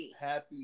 Happy